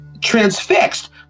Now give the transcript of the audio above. transfixed